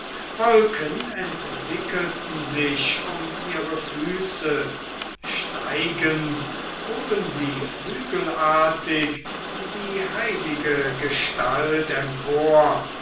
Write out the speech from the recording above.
wolken entwickelten sich um ihre füße steigend hoben sie flügelartig die heilige gestalt empor